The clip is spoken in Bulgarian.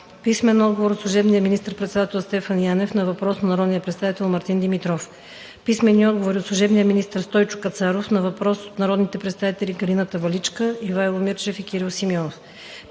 Мирчев; - служебния министър-председател Стефан Янев на въпрос на народния представител Мартин Димитров; - служебния министър Стойчо Кацаров на въпроси от народните представители Галина Таваличка, Ивайло Мирчев и Кирил Симеонов;